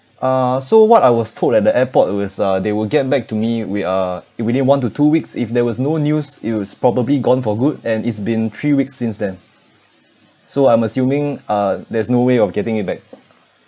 uh so what I was told at the airport was uh they will get back to me wit~ uh in within one to two weeks if there was no news it was probably gone for good and it's been three weeks since then so I'm assuming uh there's no way of getting it back